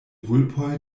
vulpoj